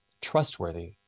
trustworthy